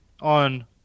on